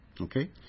Okay